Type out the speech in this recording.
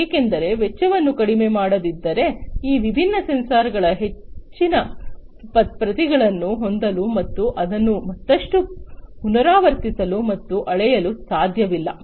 ಏಕೆಂದರೆ ವೆಚ್ಚವನ್ನು ಕಡಿಮೆ ಮಾಡದಿದ್ದರೆ ಈ ವಿಭಿನ್ನ ಸೆನ್ಸಾರ್ಗಳ ಹೆಚ್ಚಿನ ಪ್ರತಿಗಳನ್ನು ಹೊಂದಲು ಮತ್ತು ಅದನ್ನು ಮತ್ತಷ್ಟು ಪುನರಾವರ್ತಿಸಲು ಮತ್ತು ಅಳೆಯಲು ಸಾಧ್ಯವಿಲ್ಲ